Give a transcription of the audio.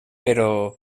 però